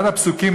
אחד הפסוקים,